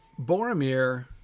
Boromir